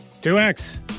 2x